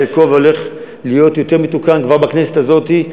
חלקו יתוקן כבר בכנסת הזאת,